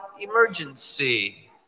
Emergency